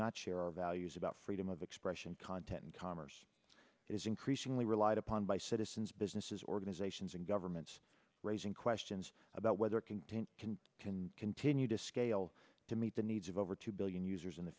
not share our values about freedom of expression content and commerce is increasingly relied upon by citizens businesses organizations and governments raising questions about whether content can can continue to scale to meet the needs of over two billion users in the